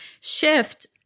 shift